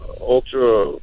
ultra